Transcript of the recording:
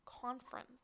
conference